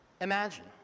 Imagine